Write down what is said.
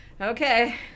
Okay